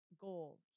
goal